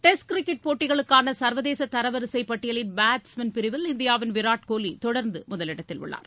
test cricket போட்டிகளுக்கான சர்வதேச தரவரிசைப் பட்டியலின் பேட்ஸ்மென் பிரிவில் இந்தியாவின் விராட் கோலி தொடர்ந்து முதலிடத்தில் உள்ளார்